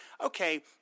okay